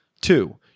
Two